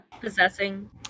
possessing